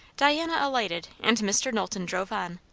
diana alighted, and mr. knowlton drove on,